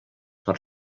per